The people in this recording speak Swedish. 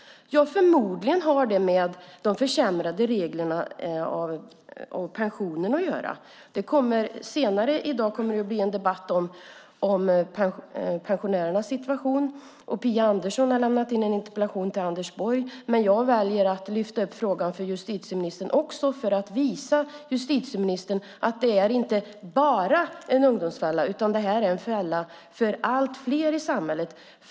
Förmodligen har det att göra med de försämrade pensionsreglerna. Senare i dag kommer det att bli en debatt om pensionärernas situation, och Phia Andersson har lämnat in en interpellation om detta till Anders Borg. Jag väljer att ta upp frågan inför justitieministern också för att visa henne att detta inte bara är en ungdomsfälla utan en fälla för allt fler i samhället.